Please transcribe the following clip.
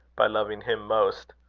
by loving him most.